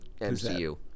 MCU